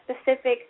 specific